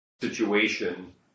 Situation